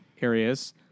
areas